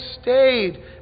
stayed